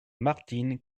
martine